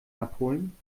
abholen